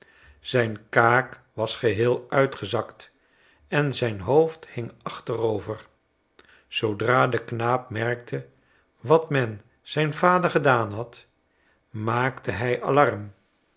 zijn stoel ztfn kaak was geheel uitgezakt en zijn hoofd hing achterover zoodra de knaap merkte wat men zijn vader gedaan had maakte hij alarm